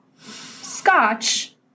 Scotch